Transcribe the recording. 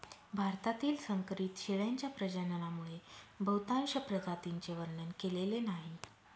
भारतातील संकरित शेळ्यांच्या प्रजननामुळे बहुतांश प्रजातींचे वर्णन केलेले नाही